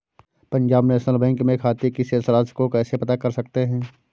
Punjab National Bank में खाते की शेष राशि को कैसे पता कर सकते हैं?